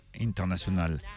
International